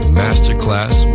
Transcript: masterclass